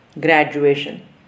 graduation